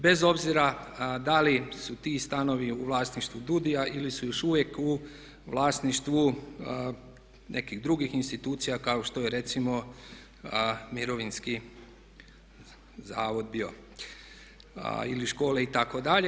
Bez obzira da li su ti stanovi u vlasništvu DUUDI-a ili su još uvijek u vlasništvu nekih drugih institucija kako što je recimo mirovinski zavod bio ili škole itd.